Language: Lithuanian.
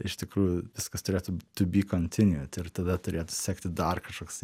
iš tikrųjų viskas turėtų tuby kontinio ir tada turėtų sekti dar kažkoksai